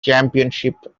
championship